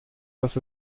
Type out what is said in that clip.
dass